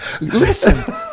listen